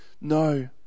No